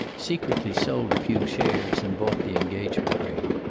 secretly sold a few shares and bought the engagement ring.